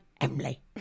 Emily